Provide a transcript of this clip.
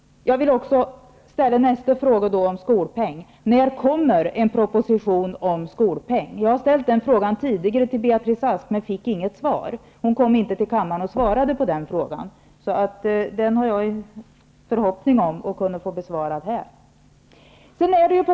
När kommer en proposition om skolpeng? Jag har ställt den frågan tidigare till Beatrice Ask, men jag fick inget svar. Hon kom inte till kammaren och svarade på den frågan. Den frågan har jag en förhoppning om att kunna få besvarad här.